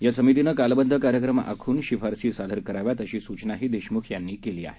या समितीनं कालबद्ध कार्यक्रम आखून शिफारशी सादर करव्यात अशी सूचनाही देशम्ख यांनी केली आहे